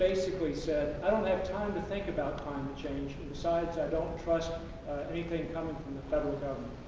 basically said, i don't have time to think about climate change. and besides, i don't trust anything coming from the federal